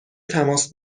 تماس